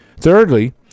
Thirdly